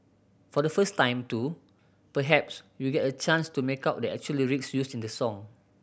for the first time too perhaps you'll get a chance to make out the actual lyrics used in the song